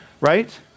right